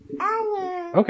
Okay